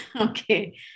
okay